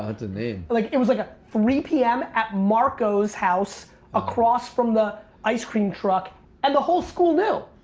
ah that's a name. like it was like a, three zero p m. at marco's house across from the ice cream truck and the whole school knew.